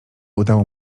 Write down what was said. udało